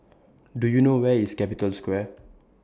Do YOU know Where IS Capital Square